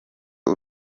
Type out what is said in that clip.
uru